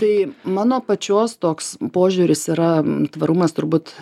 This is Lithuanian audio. tai mano pačios toks požiūris yra tvarumas turbūt